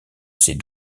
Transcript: ses